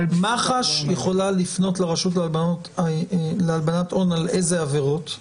מח"ש יכולה לפנות לרשות להלבנת הון על איזה עבירות?